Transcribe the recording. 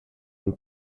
une